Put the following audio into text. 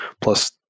plus